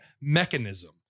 mechanism